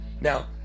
Now